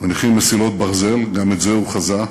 מניחים מסילות ברזל, גם את זה הוא חזה,